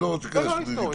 לא היסטורית.